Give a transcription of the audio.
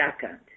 second